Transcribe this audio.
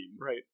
Right